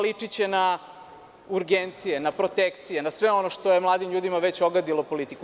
Ličiće na urgencije, protekcije, na sve ono što je mladim ljudima već ogadilo politiku.